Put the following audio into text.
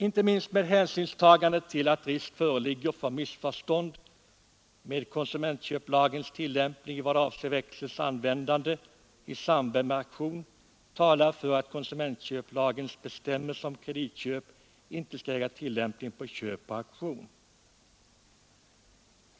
Inte minst hänsynstagandet till att risk föreligger för missförstånd i fråga om konsumentköplagens tillämpning vad avser växels användande i samband med auktion talar för att konsumentköplagens bestämmelser om kreditköp inte skall äga tillämpning på köp på auktion.